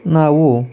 ನಾವು